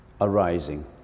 arising